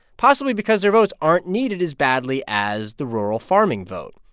possibly because their votes aren't needed as badly as the rural farming vote.